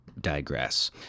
digress